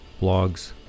blogs